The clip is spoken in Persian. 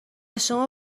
شما